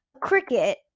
Cricket